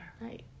Right